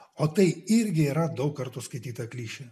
o tai irgi yra daug kartų skaityta klišė